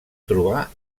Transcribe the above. trobar